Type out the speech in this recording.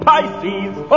Pisces